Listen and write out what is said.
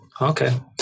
Okay